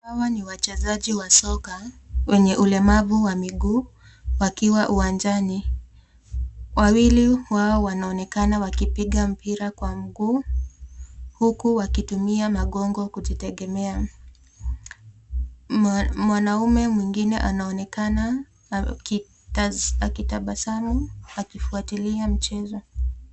Hawa ni wachezaji wa soka wenye ulemavu wa miguu wakiwa uwanjani, wawili wao wanaonekana wakipiga mpira kwa miguu huku wakitumia magogo kujitegemea. Mwanamume mwingine anaonekana akitabasamu akifuatilia mchezo